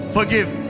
Forgive